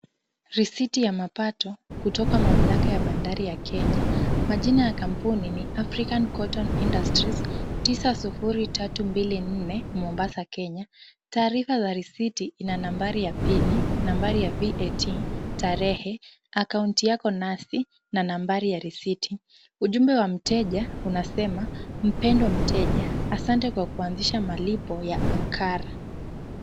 Risiti ya mapato kutoka bandari ya mamlaka ya Kenya. Majina ya kampuni ni African Cotton Industries tisa sufuri tatu mbili nne Mombasa Kenya. Taarifa za risiti ina nambari ya PIN , nambari ya VAT , tarehe, akaunti yako nasi na nambari ya risiti. Ujumbe wa mteja inasema, mpendwa mteja asante kwa kuanzisha malipo ya Ankara.